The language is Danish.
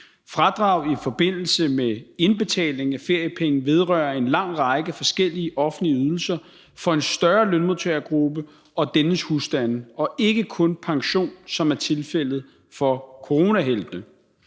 Fradrag i forbindelse med indbetaling af feriepenge vedrører en lang række forskellige offentlige ydelser for en større lønmodtagergruppe og dennes husstande og ikke kun pension, som det er tilfældet for coronaheltene.